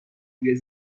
روی